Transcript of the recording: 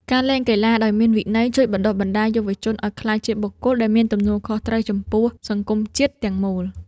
ការលេងកីឡាដោយមានវិន័យជួយបណ្តុះបណ្តាលយុវជនឱ្យក្លាយជាបុគ្គលដែលមានទំនួលខុសត្រូវខ្ពស់ចំពោះសង្គមជាតិទាំងមូល។